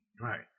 Right